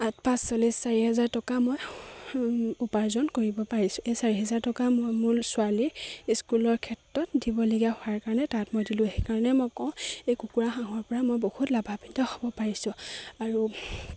আঠ পাঁচ চল্লিছ চাৰি হাজাৰ টকা মই উপাৰ্জন কৰিব পাৰিছোঁ এই চাৰি হাজাৰ টকা মই মোৰ ছোৱালী স্কুলৰ ক্ষেত্ৰত দিবলগীয়া হোৱাৰ কাৰণে তাত মই দিলোঁ সেইকাৰণে মই কওঁ এই কুকুৰা হাঁহৰ পৰা মই বহুত লাভাৱিত হ'ব পাৰিছোঁ আৰু